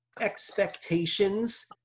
expectations